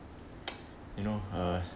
you know uh